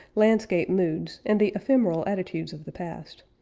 landscape moods, and the ephemeral attitudes of the past.